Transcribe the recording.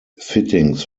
fittings